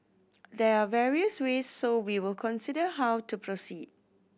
there are various ways so we will consider how to proceed